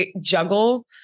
juggle